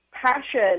Passion